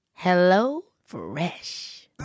HelloFresh